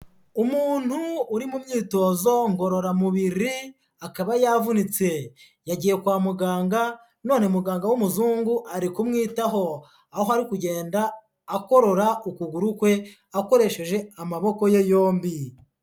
Umuntu uri mu myitozo ngororamubiri, akaba yavunitse. Yagiye kwa muganga, none muganga w'umuzungu, ari kumwitaho. Aho ari kugenda akorora ukuguru kwe, akoresheje amaboko ye yombi.